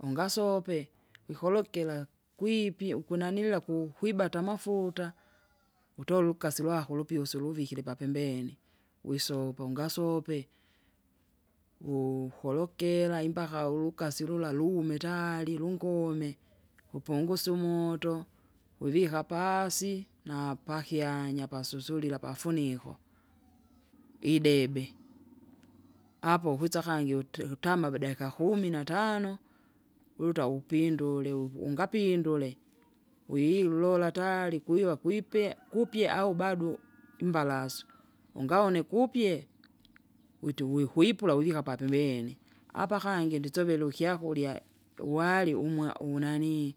ungasope, wikolokira kwipyu kunalila ku- kwibata amafuta, utole ulukasi lwako lupyusu luvikire papembeni, wisopa ungasope, wukolokera imbaka ulukasi lula lume tayari lungume, upungusye umoto, uvika paasi napakyanya pasusulila pafuniko. Idebe! apo kwisa kangi ute- utama badaika kumi natano, uluta upindule uvu- ungapindule, wilulola atari kwiva kwipe kupye au bado, imbalasu, unaoneka upye, witu uwihwipula uvika papembeni, apa kangi ndisovera ukyakurya uwari umwa unanii.